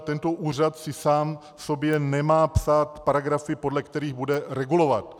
Tento úřad si sám sobě nemá psát paragrafy, podle kterých bude regulovat.